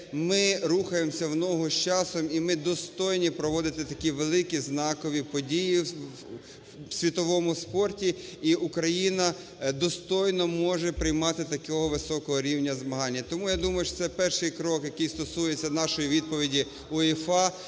ми рухаємося в ногу з часом, і ми достойні проводити такі великі знакові події в світовому спорті, і Україна достойно може приймати такого високого рівня змагання. Тому я думаю, що це перший крок, який стосується нашої відповіді УЄФА,